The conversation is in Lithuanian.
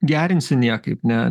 gerinsi niekaip ne